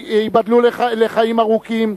ייבדלו לחיים ארוכים,